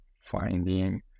finding